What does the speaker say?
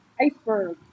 iceberg